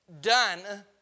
done